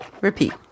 Repeat